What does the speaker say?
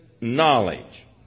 knowledge